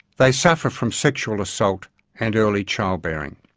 they suffer from sexual assault and early child bearing.